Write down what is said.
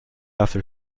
after